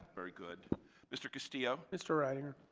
very good mr. castillo mister reitinger.